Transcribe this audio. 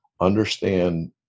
understand